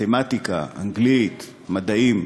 מתמטיקה, אנגלית, מדעים,